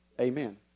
amen